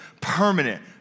permanent